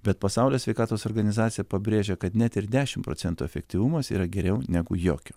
bet pasaulio sveikatos organizacija pabrėžia kad net ir dešim procentų efektyvumas yra geriau negu jokio